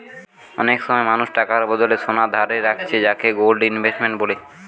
অনেক সময় মানুষ টাকার বদলে সোনা ধারে রাখছে যাকে গোল্ড ইনভেস্টমেন্ট বলে